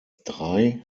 drei